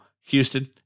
Houston